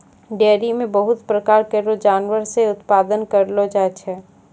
dairy म बहुत प्रकार केरो जानवर से उत्पादन करलो जाय छै